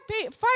five